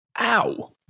Ow